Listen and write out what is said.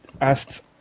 asked